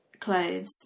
clothes